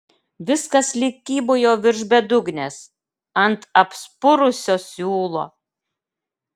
viskas lyg kybojo virš bedugnės ant apspurusio siūlo